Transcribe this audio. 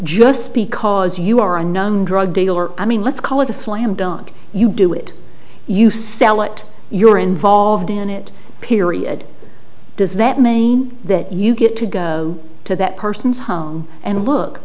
just because you are a known drug dealer i mean let's call it a slam dunk you do it you sell it you're involved in it period does that mean that you get to go to that person's home and look